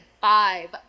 five